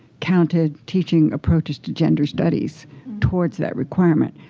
counted teaching approaches to gender studies towards that requirement.